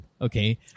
Okay